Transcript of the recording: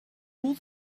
all